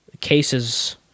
cases